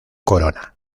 corona